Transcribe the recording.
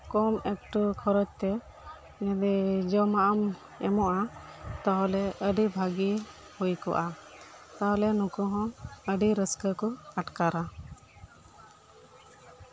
ᱠᱚᱢ ᱮᱠᱴᱩ ᱠᱷᱚᱨᱚᱪ ᱛᱮ ᱡᱩᱫᱤ ᱡᱚᱢᱟᱜ ᱮᱢ ᱮᱢᱚᱜᱼᱟ ᱛᱟᱦᱞᱮ ᱟᱹᱰᱤ ᱵᱷᱟᱹᱜᱤ ᱦᱩᱭ ᱠᱚᱜᱼᱟ ᱛᱟᱦᱞᱮ ᱱᱩᱠᱩ ᱦᱚᱸ ᱟᱹᱰᱤ ᱨᱟᱹᱥᱠᱟᱹ ᱠᱚ ᱟᱴᱠᱟᱨᱼᱟ